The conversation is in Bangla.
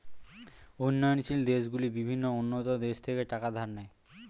উন্নয়নশীল দেশগুলি বিভিন্ন উন্নত দেশ থেকে টাকা ধার নেয়